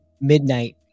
midnight